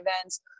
events